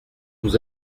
nous